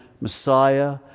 Messiah